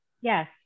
Yes